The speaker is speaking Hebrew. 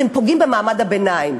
אתם פוגעים במעמד הביניים.